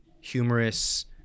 humorous